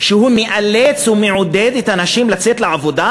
שהוא מאלץ ומעודד את הנשים לצאת לעבודה?